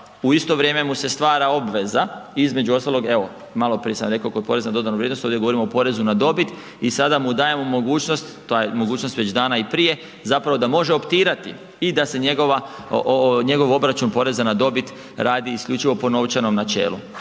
u isto vrijeme mu se stvara obveza između ostalog, evo malo prije sam rekao kod poreza na dodanu vrijednost ovdje govorimo o porezu na dobit i sada mu dajemo mogućnost, ta je mogućnost već dana i prije zapravo da može optirati i da se njegov obračun poreza na dobit radi isključivo po novčanom načelu.